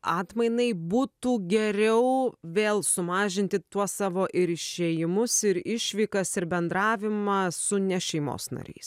atmainai būtų geriau vėl sumažinti tuos savo ir išėjimus ir išvykas ir bendravimą su ne šeimos nariais